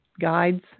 guides